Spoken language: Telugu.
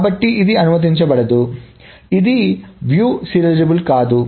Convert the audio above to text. కాబట్టి ఇది అనుమతించబడదు కాబట్టి ఇది వీక్షణ సీరియలైజబుల్ కాదు